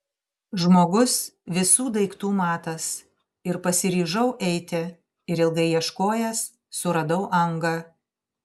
žmogus visų daiktų matas ir pasiryžau eiti ir ilgai ieškojęs suradau angą